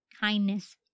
kindness